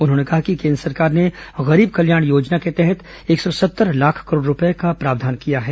उन्होंने कहा कि केन्द्र सरकार ने गरीब कल्याण योजना के तहत एक सौ सत्तर लाख करोड रूपये का प्रावधान किया है